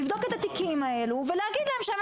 לבדוק את התיקים האלה ולהגיד להם שהם